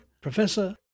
Professor